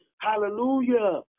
hallelujah